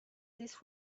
this